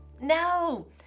No